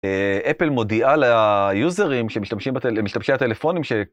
אפל מודיעה ליוזרים שמשתמשים בטל... משתמשי הטלפונים ש...